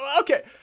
okay